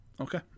Okay